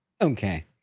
Okay